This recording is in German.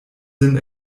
sinn